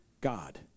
God